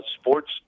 sports